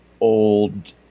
Old